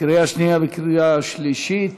לקריאה שנייה וקריאה שלישית.